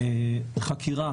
חקירה